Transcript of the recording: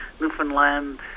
Newfoundland